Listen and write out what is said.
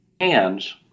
hands